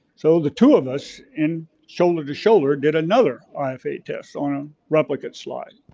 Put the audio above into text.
so the two of us and shoulder to shoulder did another ifa tests on replicant slide.